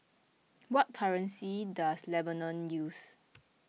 what currency does Lebanon use